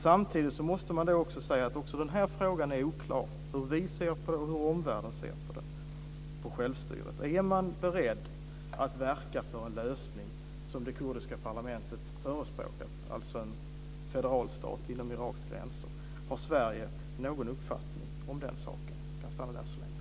Samtidigt måste man dock säga att också den här frågan är oklar, dvs. hur såväl vi som omvärlden ser på självstyret. Är man beredd att verka för den lösning som det kurdiska parlamentet förespråkar, dvs. en federal stat inom Iraks gränser? Har Sverige någon uppfattning om den saken? Jag stannar där så länge.